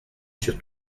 sur